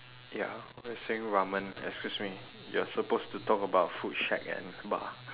ya we are saying ramen excuse me you are supposed to talk about food shack and bar